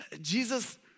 Jesus